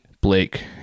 Blake